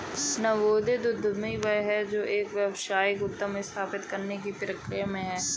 नवोदित उद्यमी वह है जो एक व्यावसायिक उद्यम स्थापित करने की प्रक्रिया में है